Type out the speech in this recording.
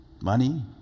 Money